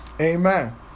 Amen